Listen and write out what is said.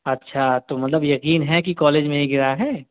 اچھا تو مطلب یقین ہے کہ کالج میں ہی گِرا ہے